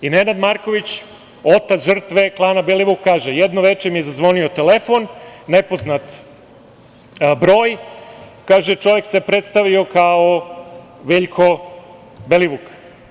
Nenad Marković, otac žrtva klana Belivuk kaže: „Jedno veče mi je zazvonio telefon, nepoznat broj.“ Kaže: „Čovek se predstavio kao Veljko Belivuk.